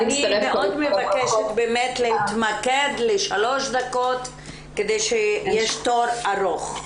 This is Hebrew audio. אני מאוד מבקשת להתמקד בשלוש דקות כי יש תור ארוך.